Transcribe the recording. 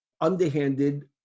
underhanded